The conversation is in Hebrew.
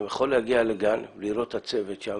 אתה יכול להגיע לגן ולראות את הצוות שם,